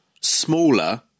smaller